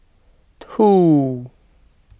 two